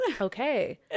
Okay